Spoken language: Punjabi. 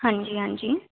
ਹਾਂਜੀ ਹਾਂਜੀ